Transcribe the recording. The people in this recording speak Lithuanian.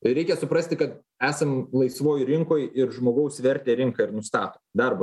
reikia suprasti kad esam laisvoj rinkoj ir žmogaus vertę rinka ir nustato darbo